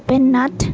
Bhupen Nath